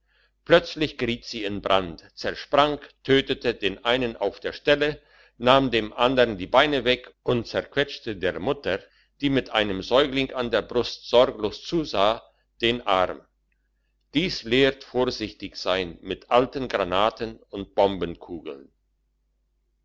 plötzlich geriet sie in brand zersprang tötete den einen auf der stelle nahm dem andern die beine weg und zerquetschte der mutter die mit einem säugling an der brust sorglos zusah den arm dies lehrt vorsichtig sein mit alten granaten und